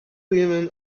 women